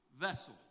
vessel